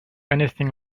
anything